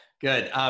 Good